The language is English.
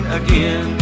again